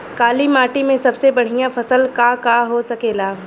काली माटी में सबसे बढ़िया फसल का का हो सकेला?